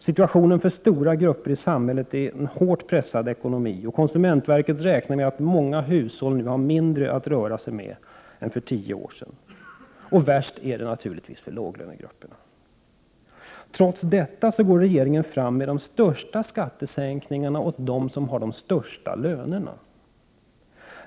Situationen för stora grupper i samhället är en hårt pressad ekonomi, och konsumentverket räknar med att många hushåll nu har mindre att röra sig med än för tio år sedan. Värst är det naturligtvis för låglönegrupperna. Trots detta går regeringen fram med de största skattesänkningarna åt dem som har de högsta lönerna.